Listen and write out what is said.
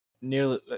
nearly